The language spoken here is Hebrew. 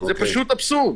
זה פשוט אבסורד.